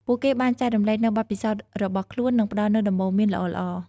ពួកគេបានចែករំលែកនូវបទពិសោធន៍របស់ខ្លួន និងផ្តល់នូវដំបូន្មានល្អៗ។